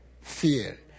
fear